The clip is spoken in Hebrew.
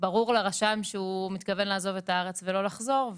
ברור לרשם שהוא מתכוון לעזוב את הארץ ולא לחזור.